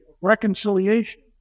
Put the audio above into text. reconciliation